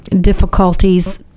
difficulties